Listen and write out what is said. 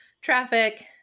traffic